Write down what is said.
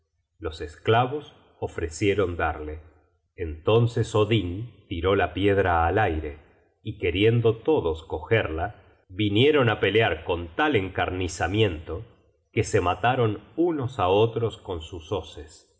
los esclavos ofrecieron darle entonces odin tiró la piedra al aire y queriendo todos cogerla vinieron á pelear con tal encarnizamiento que se mataron unos á otros con sus hoces